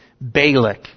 balak